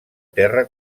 terra